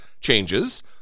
changes